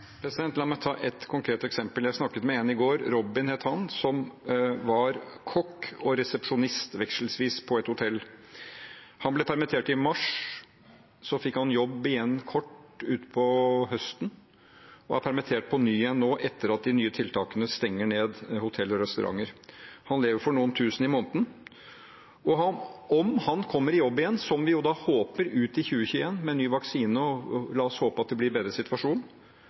La meg ta et konkret eksempel. Jeg snakket med en i går, han het Robin, som var vekselvis kokk og resepsjonist på et hotell. Han ble permittert i mars. Så fikk han jobb igjen, i kort tid, utpå høsten og er nå permittert igjen etter at de nye tiltakene stenger ned hotell og restauranter. Han lever for noen tusen i måneden. Om han kommer i jobb igjen – som vi da håper, uti 2021, med ny vaksine, og la oss håpe at det blir en bedret situasjon